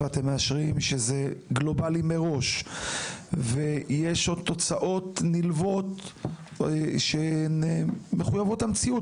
שזה גלובלי מראש; יש הוצאות נלוות שהן מחויבות המציאות,